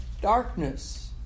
darkness